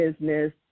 business